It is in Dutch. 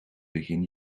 begin